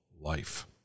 life